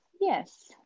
yes